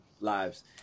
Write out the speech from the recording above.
lives